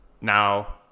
Now